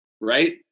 Right